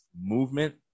movement